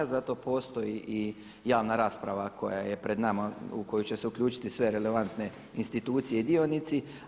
Zato postoji i javna rasprava koja je pred nama u koju će se uključiti sve relevantne institucije i dionici.